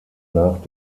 nach